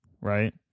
Right